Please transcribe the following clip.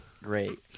Great